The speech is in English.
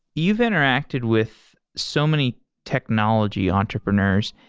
you've interacted with so many technology entrepreneurs.